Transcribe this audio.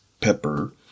pepper